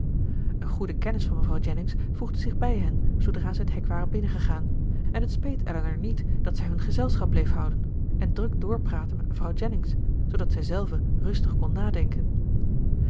een goede kennis van mevrouw jennings voegde zich bij hen zoodra zij het hek waren binnengegaan en het speet elinor niet dat zij hun gezelschap bleef houden en druk doorpraatte met mevrouw jennings zoodat zij zelve rustig kon nadenken